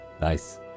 Nice